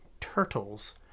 Turtles